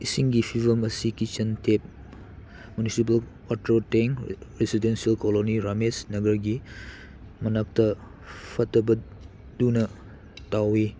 ꯏꯁꯤꯡꯒꯤ ꯐꯤꯚꯝ ꯑꯁꯤ ꯀꯤꯆꯟ ꯇꯦꯞ ꯃꯤꯅꯨꯁꯤꯄꯥꯜ ꯋꯥꯇꯔ ꯇꯦꯡ ꯔꯤꯁꯤꯗꯦꯟꯁꯦꯜ ꯀꯣꯂꯣꯅꯤ ꯔꯥꯃꯦꯁ ꯅꯒꯔꯒꯤ ꯃꯅꯥꯛꯇ ꯐꯠꯇꯕꯗꯨꯅ ꯇꯥꯎꯋꯤ